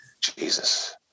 Jesus